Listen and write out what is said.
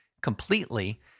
completely